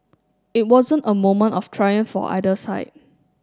it wasn't a moment of triumph for either side